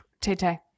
Tay-Tay